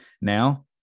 Now